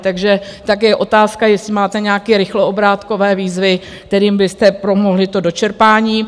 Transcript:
Takže také je otázka, jestli máte nějaké rychloobrátkové výzvy, kterými byste pomohli to dočerpání.